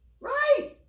Right